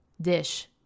dish